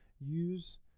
use